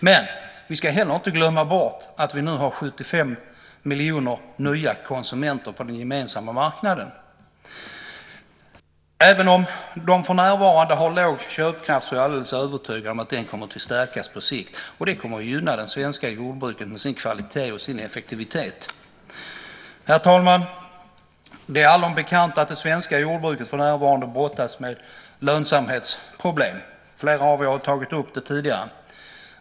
Men man ska inte heller glömma att vi nu har 75 miljoner nya konsumenter på den gemensamma marknaden. Även om de för närvarande har låg köpkraft är jag alldeles övertygad om att den kommer att stärkas på sikt. Detta gynnar det svenska jordbruket med sin kvalitet och effektivitet. Herr talman! Det är allom bekant att det svenska jordbruket för närvarande brottas med lönsamhetsproblem - flera av er har tagit upp det tidigare.